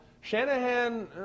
Shanahan